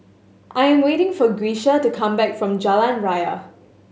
I'm waiting for Grecia to come back from Jalan Ria